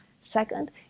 Second